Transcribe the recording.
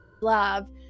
love